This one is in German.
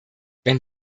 wenn